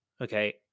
Okay